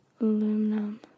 aluminum